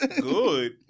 Good